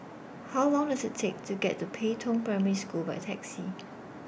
How Long Does IT Take to get to Pei Tong Primary School By Taxi